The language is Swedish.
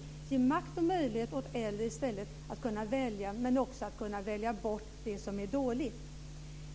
Vi vill ge makt och möjlighet åt äldre att välja, men också att välja bort det som är dåligt.